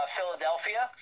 Philadelphia